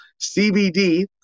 CBD